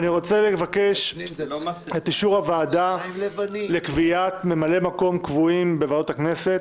אני רוצה לבקש את אישור הוועדה לקביעת ממלאי מקום קבועים בוועדות הכנסת.